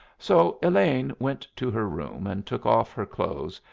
so elaine went to her room, and took off her clothes,